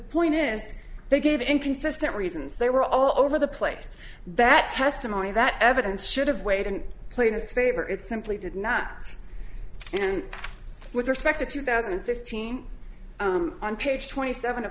point is they gave inconsistent reasons they were all over the place that testimony that evidence should have weight and play in his favor it simply did not and with respect to two thousand and fifteen on page twenty seven